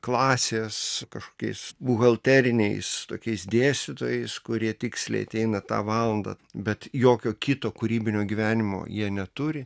klasės kažkokiais buhalteriniais tokiais dėstytojais kurie tiksliai ateina tą valandą bet jokio kito kūrybinio gyvenimo jie neturi